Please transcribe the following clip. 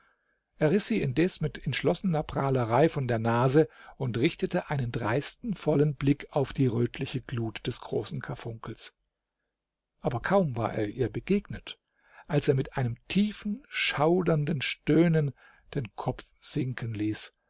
er riß sie indes mit entschlossener prahlerei von der nase und richtete einen dreisten vollen blick auf die rötliche glut des großen karfunkels aber kaum war er ihr begegnet als er mit einem tiefen schaudernden stöhnen den kopf sinken ließ